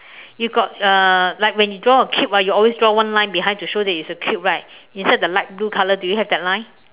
you got uh like when you draw a cube ah you always draw one line behind to show that it's a cube right inside the light blue color do you have that line